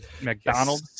McDonald